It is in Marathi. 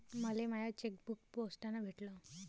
मले माय चेकबुक पोस्टानं भेटल